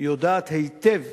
יודעת היטב